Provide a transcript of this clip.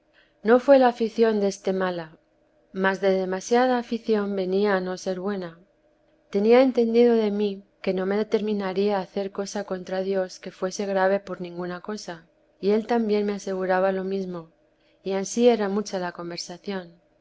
no fué la afición deste mala mis de demasiada afición venía a no ser buena tenía entendido de mí que no me determinaría a hacer cosa contra dios que fuese grave por ninguna cosa y él también me aseguraba lo mesmo y ansí era mucha la conversación